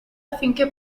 affinché